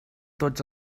tots